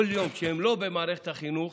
כל יום שהם לא במערכת החינוך,